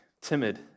timid